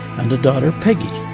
and a daughter, peggy.